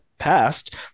past